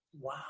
Wow